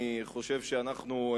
אני חושב שאנחנו,